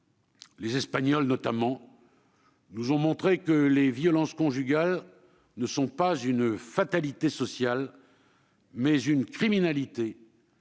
les Espagnols notamment, nous ont montré que les violences conjugales sont non pas une fatalité sociale, mais une criminalité